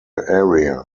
area